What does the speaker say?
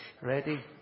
Ready